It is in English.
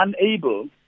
unable